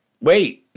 Wait